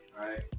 Right